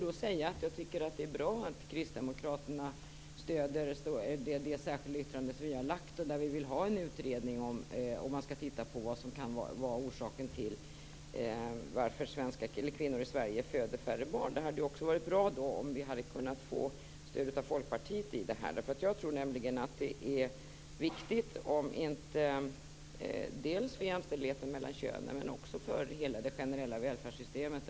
Det är bra att kristdemokraterna stöder det särskilda yttrande som vi har avgett där vi föreslår en utredning som ser på vilka orsakerna kan vara till att kvinnor i Sverige föder färre barn. Det hade varit bra om vi där hade kunnat få stöd från Folkpartiet. Jag tror nämligen att det är viktigt för jämställdheten mellan könen och också för det generella välfärdssystemet.